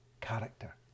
character